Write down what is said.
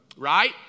Right